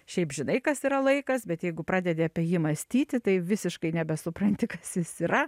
šiaip žinai kas yra laikas bet jeigu pradedi apie jį mąstyti tai visiškai nebesupranti kas jis yra